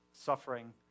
suffering